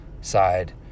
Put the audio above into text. side